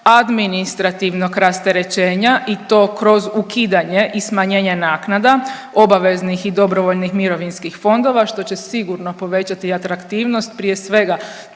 administrativnog rasterećenja i to kroz ukidanje i smanjenje naknada obaveznih i dobrovoljnih mirovinskih fondova što će sigurno povećati atraktivnost prije svega